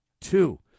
two